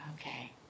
Okay